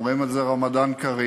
איך אומרים את זה, רמדאן כרים.